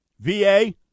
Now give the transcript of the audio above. VA